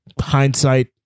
Hindsight